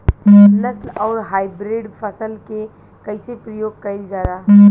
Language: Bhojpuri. नस्ल आउर हाइब्रिड फसल के कइसे प्रयोग कइल जाला?